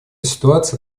ситуация